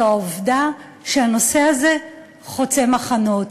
זה העובדה שהנושא הזה חוצה מחנות.